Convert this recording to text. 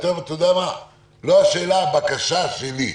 הבקשה שלי,